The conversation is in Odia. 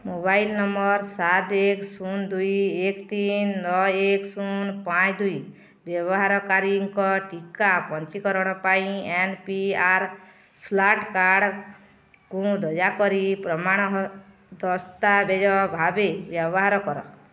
ମୋବାଇଲ୍ ନମ୍ବର୍ ସାତ ଏକ ଶୂନ ଦୁଇ ଏକ ତିନି ନଅ ଏକ ଶୂନ ପାଞ୍ଚ ଦୁଇ ବ୍ୟବହାରକାରୀଙ୍କ ଟିକା ପଞ୍ଜୀକରଣ ପାଇଁ ଏନ୍ ପି ଆର୍ ସ୍ମାର୍ଟ୍ କାର୍ଡ଼୍କୁ ଦୟାକରି ପ୍ରମାଣ ଦସ୍ତାବେଜ ଭାବେ ବ୍ୟବହାର କର